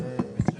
לפני